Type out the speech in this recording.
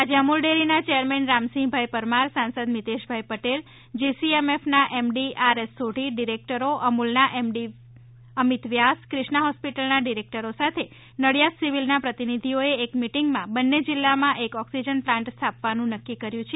આજે અમૂલ ડેરીના ચેરમેન રામસિંહભાઇ પરમાર સાંસદ મિતેષભાઇ પટેલ જીસીએમએમએફના એમડી આર એસ સોઢી ડીરેક્ટરોઅમુલના એમડી અમિત વ્યાસ ક્રિષ્ના હોસ્પીટલના ડિરેકટરો સાથે નડિયાદ સિવીલના પ્રતિનીધીઓ સાથે એક મિટીંગમાં બન્ને જીલ્લામાં એક ઓક્સિજન પ્લાન્ટ્સ સ્થાપવાનુ નુ નક્કી કરાયું છે